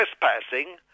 trespassing